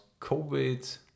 COVID